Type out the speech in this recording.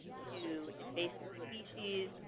to invasive species.